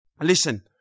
Listen